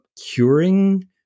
curing